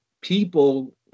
people